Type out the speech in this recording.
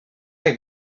had